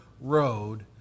road